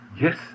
Yes